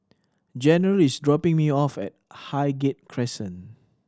General is dropping me off at Highgate Crescent